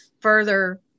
further